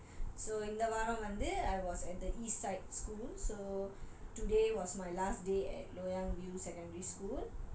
so இந்த வாரம் வந்து:intha vaaram vandhu I was at the east side school so today was my last day at loyang view secondary school